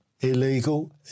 illegal